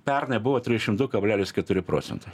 pernai buvo triešim du kablelis keturi procentai